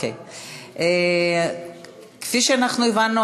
כפי שהבנו,